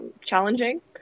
challenging